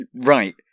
Right